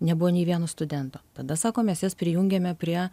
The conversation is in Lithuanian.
nebuvo nei vieno studento tada sako mes jas prijungėme prie